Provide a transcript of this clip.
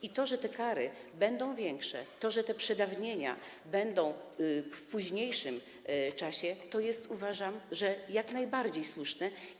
I to, że kary będą większe, to że przedawnienia będą w późniejszym czasie, to jest, uważam, jak najbardziej słuszne.